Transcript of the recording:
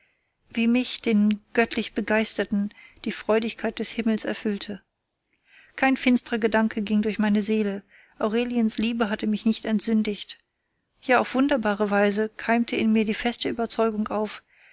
wie mich den göttlich begeisterten die freudigkeit des himmels erfüllte kein finstrer gedanke ging durch meine seele aureliens liebe hatte mich entsündigt ja auf wunderbare weise keimte in mir die feste oberzeugung auf